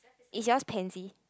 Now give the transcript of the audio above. is your expensive